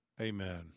Amen